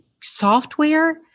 software